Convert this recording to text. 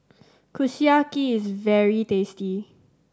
kushiyaki is very tasty